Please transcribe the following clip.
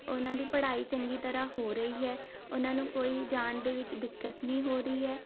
ਉਹਨਾਂ ਦੀ ਪੜ੍ਹਾਈ ਚੰਗੀ ਤਰ੍ਹਾਂ ਹੋ ਰਹੀ ਹੈ ਉਹਨਾਂ ਨੂੰ ਕੋਈ ਜਾਣ ਦੇ ਵਿੱਚ ਦਿੱਕਤ ਨਹੀਂ ਹੋ ਰਹੀ ਹੈ